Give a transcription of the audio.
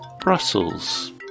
Brussels